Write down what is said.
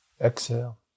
Exhale